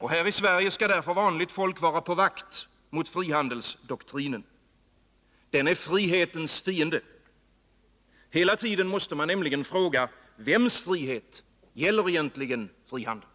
Här i Sverige skall därför vanligt folk vara på vakt mot frihandelsdoktrinen. Den är frihetens fiende. Hela tiden måste man nämligen fråga: Vems frihet gäller egentligen frihandeln?